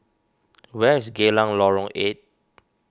where is Geylang Lorong eight